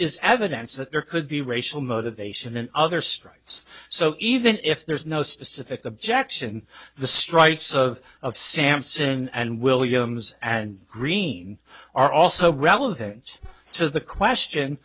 is evidence that there could be racial motivation in other strikes so even if there's no specific objection the streitz of of samson and williams and green are also relevant to the question